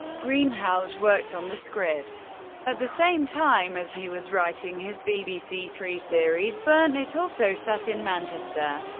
greenhalgh worked on the script at the same time as he was writing his bbc three series burn it, also set in manchester.